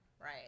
Right